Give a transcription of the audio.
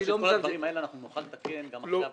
העניין שאת כל הדברים האלה נוכל לתקן גם אחרי הבחירות.